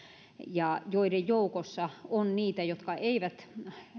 joiden joukossa on niitä jotka eivät